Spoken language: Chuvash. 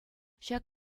ҫак